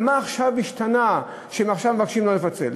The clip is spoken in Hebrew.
ומה השתנה עכשיו שהם מבקשים לא לפצל?